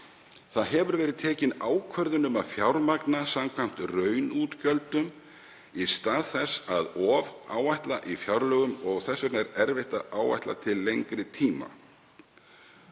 Það hefur verið tekin ákvörðun um að fjármagna samkvæmt raunútgjöldum í stað þess að ofáætla í fjárlögum og þess vegna er erfitt að áætla það til lengri tíma.“